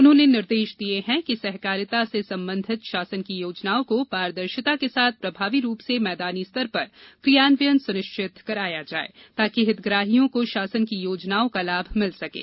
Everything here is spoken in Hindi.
उन्होंने निर्देश दिये है कि ये सहकारिता से सम्बधित शासन की योजनाओं को पारदर्शिता के साथ प्रभावी रूप से मैदानी स्तर पर क्रियान्वयन सुनिश्चित कराया जाये ताकि हितग्राहियों को शासन की योजनाओं का लाभ मिल सकें